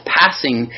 passing